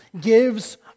gives